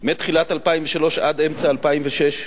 מתחילת 2003 עד אמצע 2006,